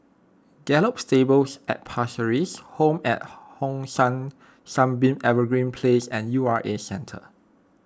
Gallop Stables at Pasir Ris Home at Hong San Sunbeam Evergreen Place and U R A Centre